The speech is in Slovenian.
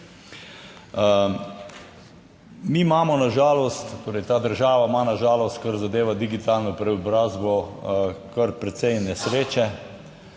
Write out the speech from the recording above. Mi imamo na žalost, torej ta država ima na žalost, kar zadeva digitalno preobrazbo, kar precej nesreče,